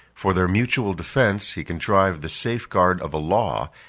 for their mutual defence, he contrived the safeguard of a law,